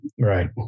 Right